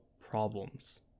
problems